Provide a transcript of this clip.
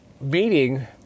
meeting